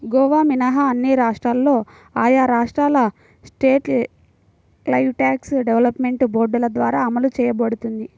గోవా మినహా అన్ని రాష్ట్రాల్లో ఆయా రాష్ట్రాల స్టేట్ లైవ్స్టాక్ డెవలప్మెంట్ బోర్డుల ద్వారా అమలు చేయబడుతోంది